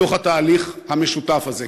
בתוך התהליך המשותף הזה.